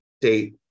date